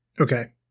Okay